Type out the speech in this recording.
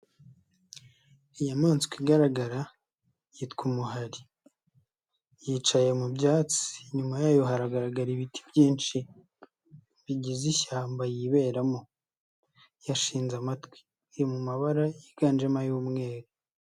Inyamaswa igaragara yitwa umuhari, yicaye mu byatsi inyuma yayo hagaragara ibiti byinshi bigize ishyamba yiberamo, yashinze amatwi iri mu mabara yiganjemo ay'umweru.